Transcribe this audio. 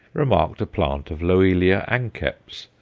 remarked a plant of loelia anceps,